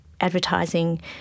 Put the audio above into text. advertising